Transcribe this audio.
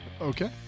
Okay